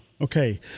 Okay